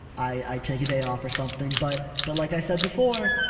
i take a day off or something. but, but like i said before,